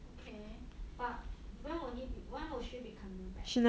okay but when will he be when will she be coming back